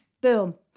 boom